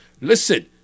Listen